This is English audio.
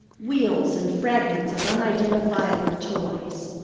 wheels and fragments of unidentifiable toys.